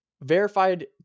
verified